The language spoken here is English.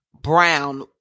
brown